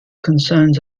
concerns